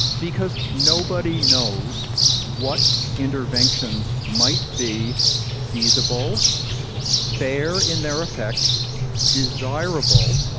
because nobody knows what interventions might be feasible fair, in their effects desirable.